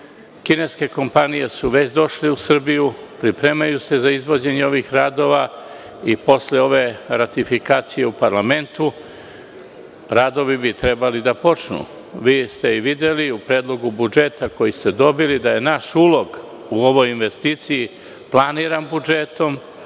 Kineske kompanije su već došle u Srbiju, pripremaju se za izvođenje ovih radova i posle ove ratifikacije u parlamentu radovi bi trebali da počnu. Videli ste u Predlogu budžeta koji ste dobili da je naš ulog u ovoj investiciji planiran budžetom.